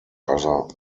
other